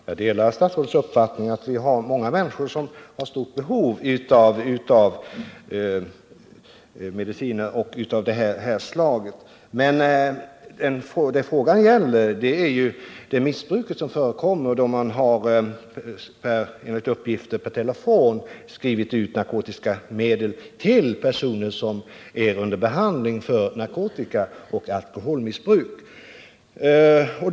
Herr talman! Jag delar statsrådets uppfattning att det finns många människor som har stort behov av mediciner av det här slaget, men vad min fråga gäller är det missbruk som förekommer och där läkare, enligt uppgift, per telefon skrivit ut narkotiska medel till personer som är under behandling för narkotikaoch alkoholmissbruk.